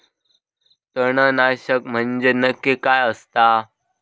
तणनाशक म्हंजे नक्की काय असता?